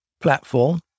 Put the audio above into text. platform